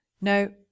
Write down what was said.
No